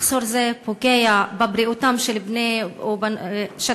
מחסור זה פוגע בבריאותם של הערבים.